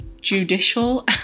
judicial